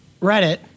Reddit